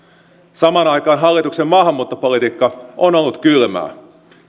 samaan aikaan hallituksen maahanmuuttopolitiikka on ollut kylmää